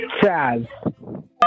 Chaz